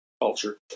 culture